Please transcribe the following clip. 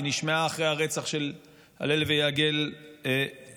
היא נשמעה אחרי הרצח של הלל ויגל יניב,